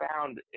found